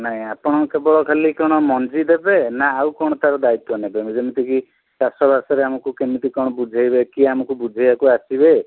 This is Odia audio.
ନାଇଁ ଆପଣ କେବଳ ଖାଲି କ'ଣ ମଞ୍ଜି ଦେବେ ନା ଆଉ କ'ଣ ତା'ର ଦାୟିତ୍ୱ ନେବେ ଯେମିତିକି ଚାଷବାସରେ ଆମକୁ କେମିତି କ'ଣ ବୁଝାଇବେ କି ଆମକୁ ବୁଝାଇବାକୁ ଆସିବେ